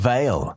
Veil